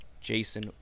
Jason